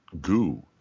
goo